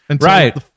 Right